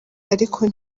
ariko